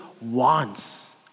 wants